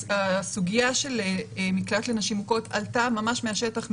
הסוגיה של מקלט לנשים מוכות עלתה מהשטח,